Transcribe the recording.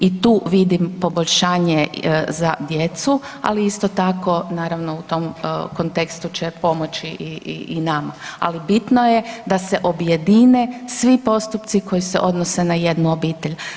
I tu vidim poboljšanje za djecu, ali isto tako naravno u tom kontekstu će pomoći i nama, ali bitno je da se objedine svi postupci koji se odnose na jednu obitelj.